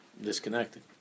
disconnected